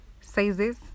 sizes